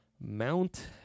Mount